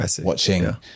watching